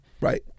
right